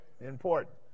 Important